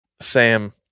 Sam